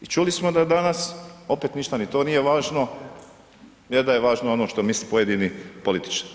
I čuli smo da danas, opet ništa ni to nije važno, je da je važno ono što misle pojedini političari.